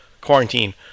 quarantine